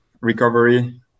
recovery